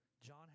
John